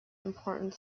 important